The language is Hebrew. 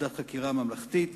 ועדת חקירה ממלכתית.